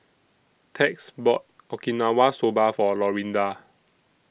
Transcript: Tex bought Okinawa Soba For Lorinda